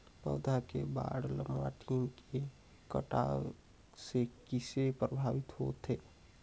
पौधा के बाढ़ ल माटी के बनावट से किसे प्रभावित होथे?